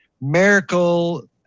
Miracle